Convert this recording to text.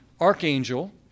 archangel